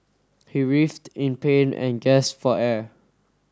he writhed in pain and gasped for air